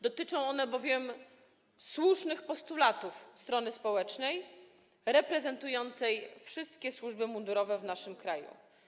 Dotyczą one bowiem słusznych postulatów strony społecznej reprezentującej wszystkie służby mundurowe w naszym kraju.